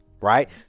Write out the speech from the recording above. Right